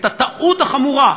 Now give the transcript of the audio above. את הטעות החמורה,